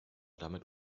damit